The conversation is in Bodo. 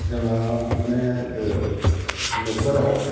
जोंहा माने न'खराव